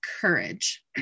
courage